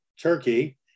Turkey